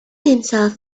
himself